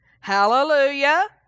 Hallelujah